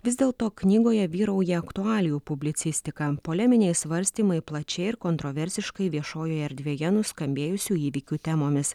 vis dėl to knygoje vyrauja aktualijų publicistika poleminiai svarstymai plačiai ir kontroversiškai viešojoje erdvėje nuskambėjusių įvykių temomis